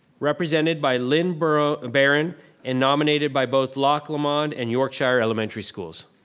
represented by lynn baron baron and nominated by both loch lomond and yorkshire elementary schools.